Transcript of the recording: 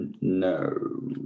No